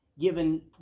given